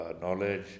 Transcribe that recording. knowledge